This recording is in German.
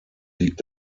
liegt